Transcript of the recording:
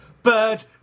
Bird